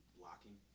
blocking